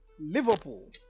Liverpool